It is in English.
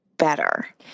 better